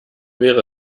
wäre